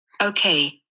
Okay